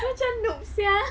macam noob sia